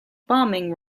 bombing